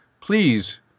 Please